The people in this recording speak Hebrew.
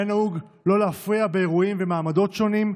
היה נהוג שלא להפריע באירועים ובמעמדים שונים.